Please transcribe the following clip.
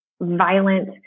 violent